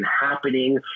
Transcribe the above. happening